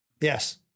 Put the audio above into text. Yes